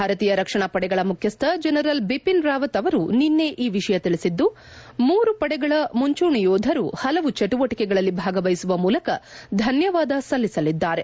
ಭಾರತೀಯ ರಕ್ಷಣಾ ಪಡೆಗಳ ಮುಖ್ಯಸ್ಥ ಜನರಲ್ ಬಿಪಿನ್ ರಾವತ್ ಅವರು ನಿನ್ನೆ ಈ ವಿಷಯ ತಿಳಿಸಿದ್ದು ಮೂರು ಪಡೆಗಳ ಮುಂಚೂಣಿ ಯೋಧರು ಹಲವು ಚಟುವಟಿಕೆಗಳಲ್ಲಿ ಭಾಗವಹಿಸುವ ಮೂಲಕ ಧನ್ಯವಾದ ಸಲ್ಲಿಸಲಿದ್ದಾರೆ